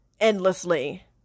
endlessly